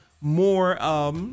more